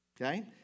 okay